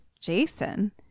Jason